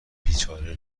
بیچاره